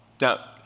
Now